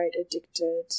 addicted